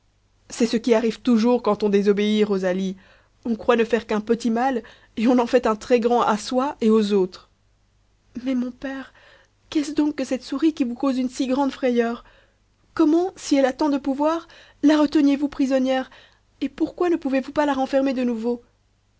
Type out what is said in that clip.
c'est ce qui arrive toujours quand on désobéit rosalie on croit ne faire qu'un petit mal et on en fait un très grand à soi et aux autres mais mon père qu'est-ce donc que cette souris qui vous cause une si grande frayeur comment si elle a tant de pouvoir la reteniez vous prisonnière et pourquoi ne pouvez-vous pas la renfermer de nouveau